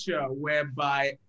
whereby